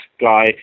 guy